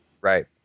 Right